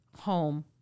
home